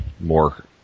more